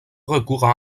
recours